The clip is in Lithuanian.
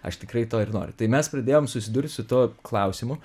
aš tikrai to ir noriu tai mes pradėjom susidurti su tuo klausimu